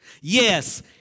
Yes